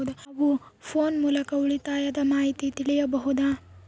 ನಾವು ಫೋನ್ ಮೂಲಕ ಉಳಿತಾಯದ ಮಾಹಿತಿ ತಿಳಿಯಬಹುದಾ?